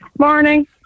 morning